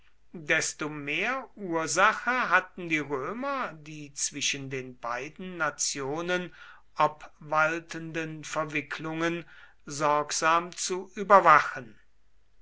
desto mehr ursache hatten die römer die zwischen den beiden nationen obwaltenden verwicklungen sorgsam zu überwachen